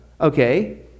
okay